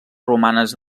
romanes